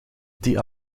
die